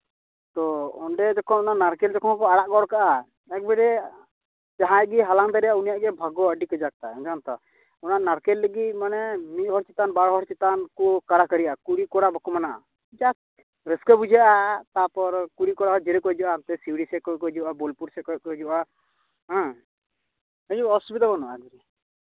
ᱛᱳ ᱚᱸᱰᱮ ᱡᱚᱠᱷᱚᱱ ᱚᱱᱟ ᱱᱟᱲᱠᱮᱞ ᱡᱚᱠᱷᱚᱱ ᱠᱚ ᱟᱲᱟᱜ ᱜᱚᱜ ᱠᱟᱜᱼᱟ ᱮᱠᱵᱟᱨᱮ ᱡᱟᱦᱟᱸᱭ ᱜᱮᱭ ᱦᱟᱞᱟᱝ ᱫᱟᱲᱮᱭᱟᱜ ᱩᱱᱤᱭᱟᱜ ᱜᱮ ᱵᱷᱟᱜᱽᱜᱚ ᱟᱹᱰᱤ ᱠᱟᱡᱟᱠ ᱛᱟᱭ ᱚᱱᱟ ᱛᱚ ᱚᱱᱟ ᱱᱟᱲᱠᱮᱞ ᱞᱟᱹᱜᱤᱫ ᱢᱟᱱᱮ ᱢᱤᱫᱦᱚᱲ ᱪᱮᱛᱟᱱ ᱵᱟᱨ ᱦᱚᱲ ᱪᱮᱛᱟᱱ ᱠᱷᱩᱵᱽ ᱠᱚ ᱠᱟᱲᱟᱠᱟᱹᱲᱤᱜᱼᱟ ᱠᱩᱲᱤᱼᱠᱚᱲᱟ ᱵᱟᱠᱚ ᱢᱟᱱᱟᱜᱼᱟ ᱡᱟᱠ ᱨᱟᱹᱥᱠᱟᱹ ᱵᱩᱡᱷᱟᱹᱜᱼᱟ ᱛᱟᱨᱯᱚᱨ ᱠᱩᱲᱤᱼᱠᱚᱲᱟ ᱡᱷᱟᱲᱮ ᱠᱚ ᱦᱤᱡᱩᱜᱼᱟ ᱦᱟᱱᱛᱮ ᱥᱤᱣᱲᱤ ᱥᱮᱫ ᱠᱷᱚᱱ ᱠᱚ ᱦᱤᱡᱩᱜᱼᱟ ᱵᱳᱞᱯᱩᱨ ᱥᱮᱫ ᱠᱷᱚᱱ ᱠᱚ ᱦᱤᱡᱩᱜᱼᱟ ᱦᱮᱸ ᱚᱥᱩᱵᱤᱫᱷᱟ ᱵᱟᱹᱱᱩᱜᱼᱟ ᱮᱠᱫᱚᱢ